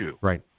right